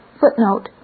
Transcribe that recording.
Footnote